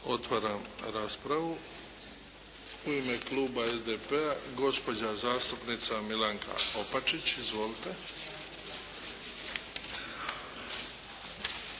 Otvaram raspravu. U ime kluba SDP-a gospođa zastupnica Milanka Opačić. Izvolite.